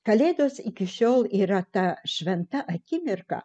kalėdos iki šiol yra ta šventa akimirka